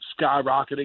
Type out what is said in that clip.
skyrocketing